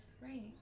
right